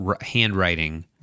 handwriting